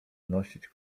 nosić